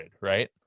right